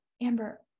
Amber